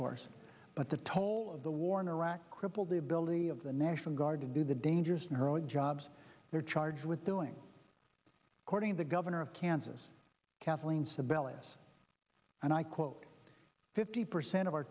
course but the toll of the war in iraq crippled the ability of the national guard to do the dangerous knurling jobs they're charged with doing according the governor of kansas kathleen sebelius and i quote fifty percent of our